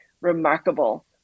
remarkable